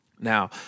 Now